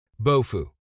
Bofu